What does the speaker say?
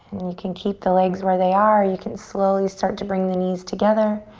you can keep the legs where they are. you can slowly start to bring the knees together.